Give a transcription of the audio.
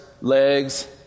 legs